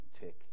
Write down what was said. tick